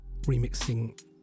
remixing